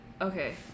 okay